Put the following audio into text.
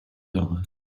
dollars